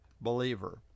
believer